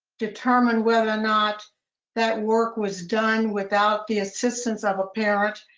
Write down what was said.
determine whether or not that work was done without the assistance of a parent?